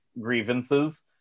grievances